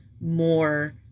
more